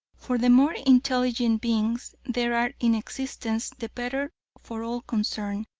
for the more intelligent beings there are in existence, the better for all concerned.